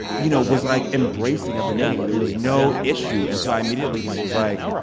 you know, was, like, embracing of the name. there was no issue. and so i immediately just was like,